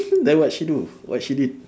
then what she do what she did